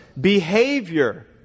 behavior